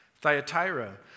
Thyatira